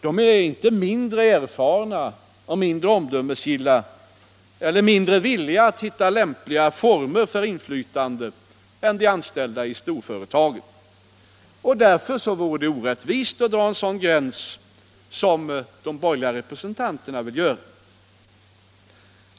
De är inte mindre erfarna och mindre omdömesgilla eller mindre villiga att finna lämpliga former för inflytandet än de anställda i storföretagen. Därför vore det orättvist att dra en sådan gräns som de borgerliga vill ha.